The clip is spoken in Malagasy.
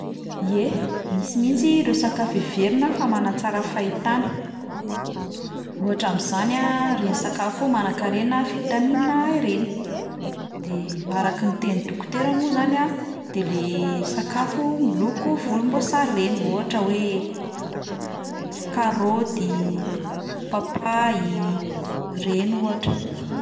Ie, misy mihitsy ireo sakafo heverina fa manatsara fahitana, ohatra amin'izany a, ireny sakafo manankarena vitamine A ireny, de araka ny tenin'ny dokotera moa zany a, de le sakafo miloko volomboasary ireny, ohatra hoe karaoty, papay, ireny ohatra.